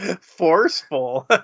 forceful